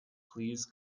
please